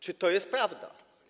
Czy to jest prawda?